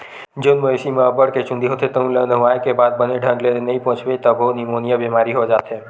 जउन मवेशी म अब्बड़ के चूंदी होथे तउन ल नहुवाए के बाद बने ढंग ले नइ पोछबे तभो निमोनिया बेमारी हो जाथे